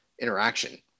interaction